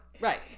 right